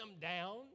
down